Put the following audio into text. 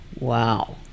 wow